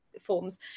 forms